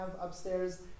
upstairs